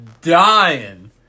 dying